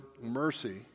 mercy